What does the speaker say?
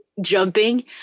jumping